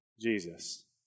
Jesus